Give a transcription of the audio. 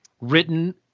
written